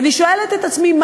ואני שואלת את עצמי,